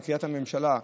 לקריית הממשלה.